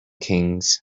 kings